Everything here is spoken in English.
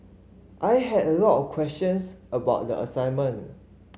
I had a lot of questions about the assignment